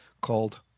called